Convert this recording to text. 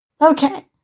Okay